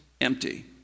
empty